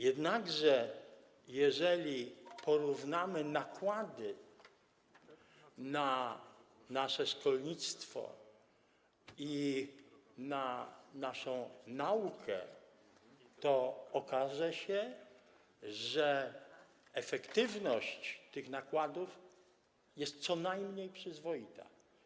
Jednakże jeżeli porównamy nakłady na nasze szkolnictwo i na naszą naukę, to okaże się, że efektywność tych nakładów jest co najmniej przyzwoita.